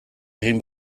egin